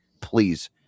Please